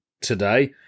today